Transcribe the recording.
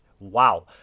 wow